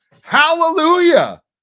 Hallelujah